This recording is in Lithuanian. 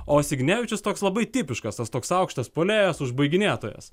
o signevičius toks labai tipiškas tas toks aukštas puolėjas užbaiginėtojas